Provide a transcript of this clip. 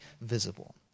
visible